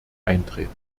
eintreten